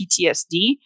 PTSD